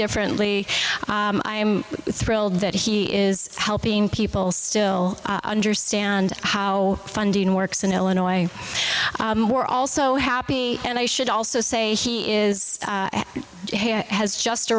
differently i am thrilled that he is helping people still understand how funding works in illinois more also happy and i should also say he is has just